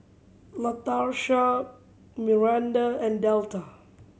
Latarsha Myranda and Delta